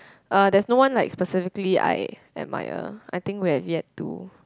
uh there's no one like specifically I admire I think we have yet to